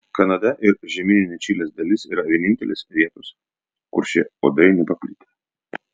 kanada ir žemyninė čilės dalis yra vienintelės vietos kur šie uodai nepaplitę